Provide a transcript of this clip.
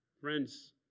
Friends